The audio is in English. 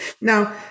Now